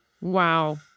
Wow